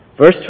Verse